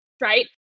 right